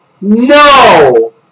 No